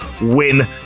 win